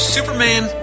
Superman